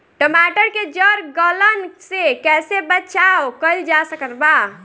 टमाटर के जड़ गलन से कैसे बचाव कइल जा सकत बा?